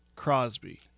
Crosby